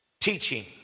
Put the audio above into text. teaching